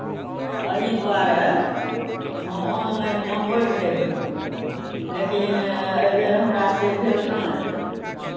एही दुआरे हम ऑनलाइन मङ्गबैत रही लेकिन एहि बेर हमरा से भेल नहि